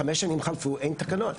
חמש שנים חלפו אין תקנות,